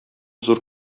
зур